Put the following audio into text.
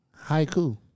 Haiku